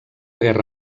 guerra